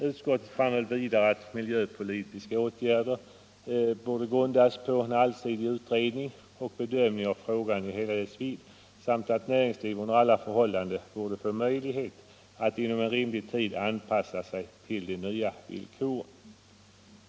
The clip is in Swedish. Utskottet framhöll vidare att miljöpolitiska åtgärder borde grundas på en allsidig utredning och bedömning av frågan i hela dess vidd samt att näringslivet under alla förhållanden borde få möjligheter att inom rimlig tid anpassa sig till de nya villkoren.